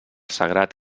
sagrat